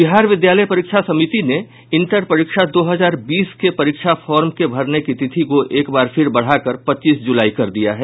बिहार विद्यालय परीक्षा समिति ने इंटर परीक्षा दो हजार बीस के परीक्षा फॉर्म के भरने की तिथि को एक बार फिर बढ़ाकर पच्चीस जुलाई कर दिया है